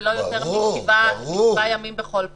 ולא יותר משבעה ימים בכל פעם.